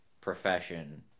profession